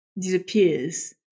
disappears